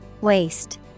Waste